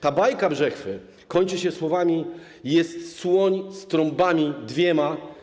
Ta bajka Brzechwy kończy się słowami: „Jest słoń z trąbami dwiema/